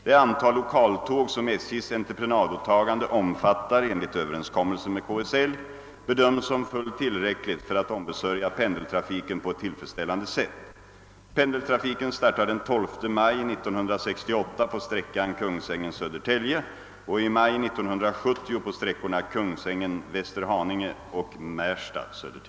Det antal lokaltåg som SJ:s entreprenadåtagande omfattar enligt överenskommelsen med KSL bedöms som fullt tillräckligt för att ombesörja pendeltrafiken på ett tillfredsställande sätt.